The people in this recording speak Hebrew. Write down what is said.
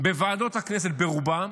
בוועדות הכנסת ברובן,